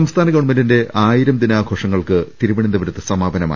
സംസ്ഥാന ഗവൺമെന്റിന്റെ ആയിരം ദിനാഘോഷങ്ങൾക്ക് തിരുവ നന്തപുരത്ത് സമാപനമായി